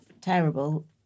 terrible